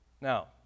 Now